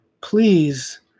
Please